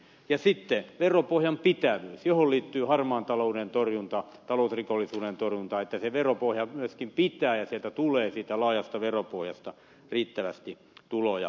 sitten on veropohjan pitävyys johon liittyy harmaan talouden torjunta talousrikollisuuden torjunta että se veropohja myöskin pitää ja sieltä laajasta veropohjasta tulee riittävästi tuloja